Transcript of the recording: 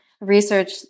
research